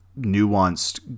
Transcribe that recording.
nuanced